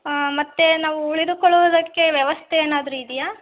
ಮತ್ತು ನಾವು ಉಳಿದುಕೊಳ್ಳುವುದಕ್ಕೆ ವ್ಯವಸ್ಥೆ ಏನಾದರೂ ಇದೆಯಾ